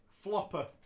Flopper